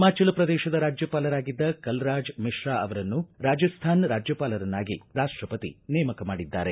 ಹಿಮಾಜಲ ಪ್ರದೇಶದ ರಾಜ್ಯಪಾಲರಾಗಿದ್ದ ಕಲರಾಜ ಮಿಶ್ರಾ ಅವರನ್ನು ರಾಜಸ್ಥಾನ ರಾಜ್ಯಪಾಲರನ್ನಾಗಿ ರಾಷ್ಟಪತಿ ನೇಮಕ ಮಾಡಿದ್ದಾರೆ